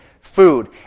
food